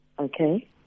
Okay